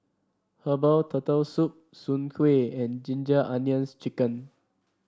Herbal Turtle Soup Soon Kway and Ginger Onions chicken